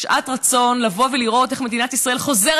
שעת רצון לבוא ולראות איך מדינת ישראל חוזרת